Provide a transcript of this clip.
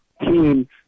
team